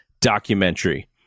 documentary